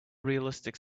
realistic